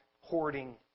hoarding